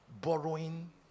Borrowing